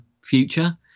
future